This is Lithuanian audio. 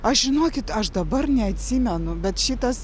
aš žinokit aš dabar neatsimenu bet šitas